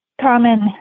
Common